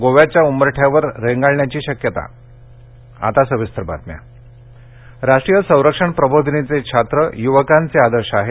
गोव्याच्या उंबरठ्यावर रेंगाळण्याची शक्यता राष्ट्रपती राष्ट्रीय संरक्षण प्रबोधिनीचे छात्र युवकांचे आदर्श आहेत